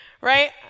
right